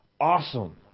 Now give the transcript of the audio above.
Awesome